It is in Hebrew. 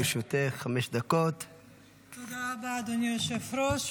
תודה רבה, אדוני היושב-ראש.